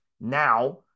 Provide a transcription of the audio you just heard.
now